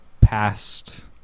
past